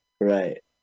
Right